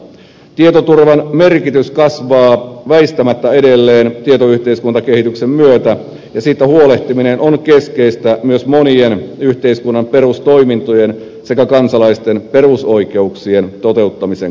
tietoturvan merkitys kasvaa väistämättä edelleen tietoyhteiskuntakehityksen myötä ja siitä huolehtiminen on keskeistä myös monien yhteiskunnan perustoimintojen sekä kansalaisten perusoikeuksien toteuttamisen kannalta